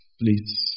Please